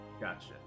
Gotcha